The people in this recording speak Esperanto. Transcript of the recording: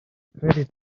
kredi